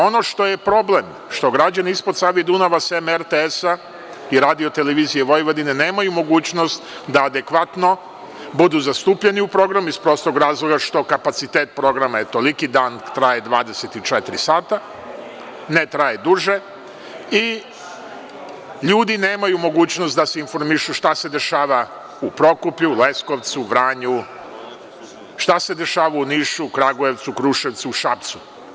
Ono što je problem, jeste što građani ispod Save i Dunava sem RTS-a i RTV-a nemaju mogućnost da adekvatno budu zastupljeni u programu, iz prostog razloga što je kapacitet programa toliki, dan traje 24 sata, ne traje duže, i ljudi nemaju mogućnost da se informišu šta se dešava u Prokuplju, Leskovcu, Vranju, šta se dešava u Nišu, Kragujevcu, Kruševcu, Šapcu.